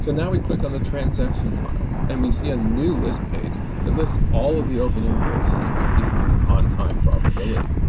now we click on the transaction tile and we see a new list page that lists all of the open invoices with the on time probability.